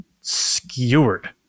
skewered